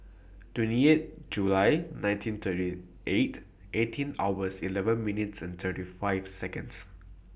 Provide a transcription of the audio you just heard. twenty eight July nineteen thirty eight eighteen hours eleven minutes thirty five Seconds